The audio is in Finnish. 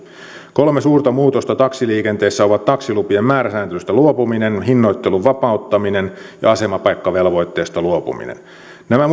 kolme suurta muutosta taksiliikenteessä ovat taksilupien määräsääntelystä luopuminen hinnoittelun vapauttaminen ja asemapaikkavelvoitteesta luopuminen nämä